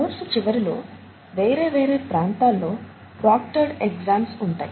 course చివరిలో వేరే వేరే ప్రాంతాల్లో ప్రోక్టర్డ్ ఎగ్జామ్స్ ఉంటాయి